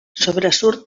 sobresurt